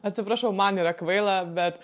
atsiprašau man yra kvaila bet